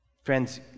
Friends